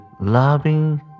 loving